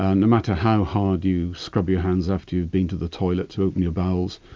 and no matter how hard you scrub your hands after you've been to the toilet to open your bowels,